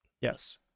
Yes